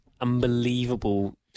unbelievable